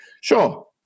Sure